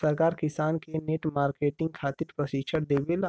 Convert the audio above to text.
सरकार किसान के नेट मार्केटिंग खातिर प्रक्षिक्षण देबेले?